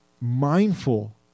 mindful